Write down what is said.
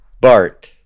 Bart